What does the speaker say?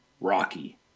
Rocky